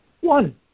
One